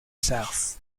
south